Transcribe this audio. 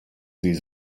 sie